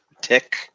tick